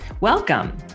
Welcome